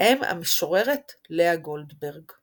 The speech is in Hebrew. "אם המשוררת לאה גולדברג".